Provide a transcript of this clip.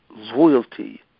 loyalty